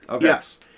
Yes